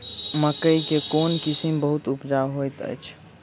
मकई केँ कोण किसिम बहुत उपजाउ होए तऽ अछि?